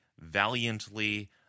valiantly